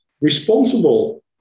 responsible